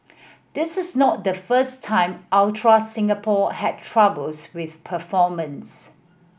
this is not the first time Ultra Singapore had troubles with performance